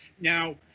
Now